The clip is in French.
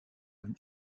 une